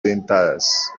dentadas